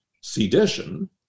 Sedition